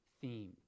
theme